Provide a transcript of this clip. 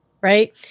right